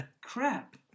crap